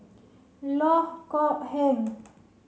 Loh Kok Heng